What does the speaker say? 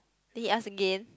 then he ask again